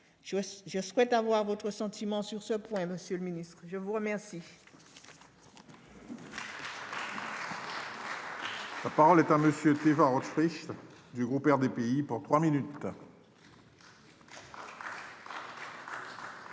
Je souhaite avoir votre sentiment sur ce point, monsieur le ministre. La parole